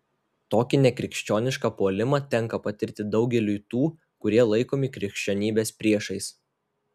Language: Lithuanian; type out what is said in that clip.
tokį nekrikščionišką puolimą tenka patirti daugeliui tų kurie laikomi krikščionybės priešais